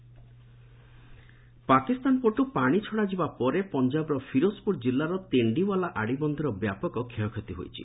ପଞ୍ଜାବ ପାକିସ୍ତାନ ପଟୁ ପାଣି ଛଡ଼ାଯିବା ପରେ ପଞ୍ଜାବର ଫିରୋକ୍ପୁର ଜିଲ୍ଲାର ତେଣ୍ଡିୱାଲା ଆଡିବନ୍ଧର ବ୍ୟାପକ କ୍ଷୟକ୍ଷତି ହୋଇଛି